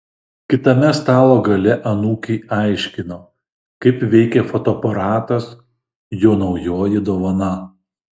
kitame stalo gale anūkei aiškino kaip veikia fotoaparatas jo naujoji dovana